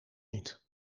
niet